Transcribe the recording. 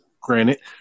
granted